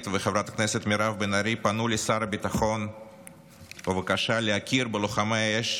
וחברת הכנסת מירב בן ארי פנו לשר הביטחון בבקשה להכיר בלוחמי האש